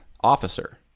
officer